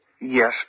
Yes